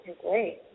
great